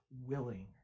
willing